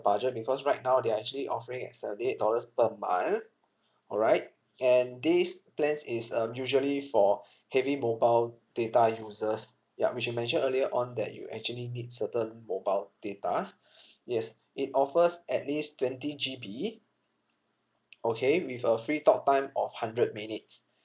budget because right now they are actually offering at seventy eight dollars per month alright and this plans is um usually for heavy mobile data users yup which you mentioned earlier on that you actually need certain mobile datas yes it offers at least twenty G_B okay with a free talk time of hundred minutes